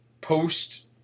post